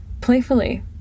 playfully